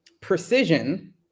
precision